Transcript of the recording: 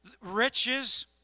Riches